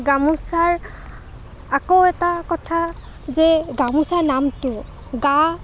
গামোচাৰ আকৌ এটা কথা যে গামোচা নামটো গা